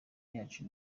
yacu